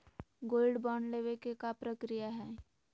Gold bond लेवे के का प्रक्रिया हई?